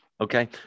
Okay